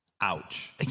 Ouch